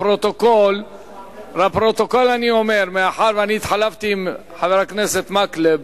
לפרוטוקול אני אומר: כיוון שהתחלפתי עם חבר הכנסת מקלב,